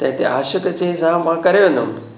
त हिते आशिक़ु चइसि हा मां करे वेंदुमि